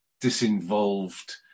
disinvolved